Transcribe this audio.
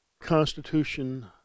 constitution